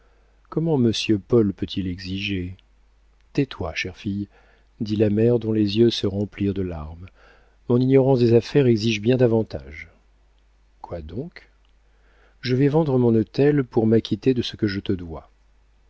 comment monsieur paul peut-il exiger tais-toi chère fille dit la mère dont les yeux se remplirent de larmes mon ignorance des affaires exige bien davantage quoi donc je vais vendre mon hôtel pour m'acquitter de ce que je te dois